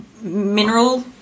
mineral